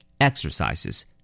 Exercises